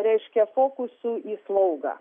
reiškia fokusu į slaugą